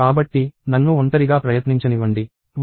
కాబట్టి నన్ను ఒంటరిగా ప్రయత్నించనివ్వండి 1233